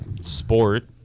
sport